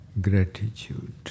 gratitude